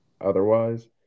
otherwise